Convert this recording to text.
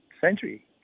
century